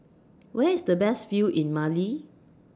Where IS The Best View in Mali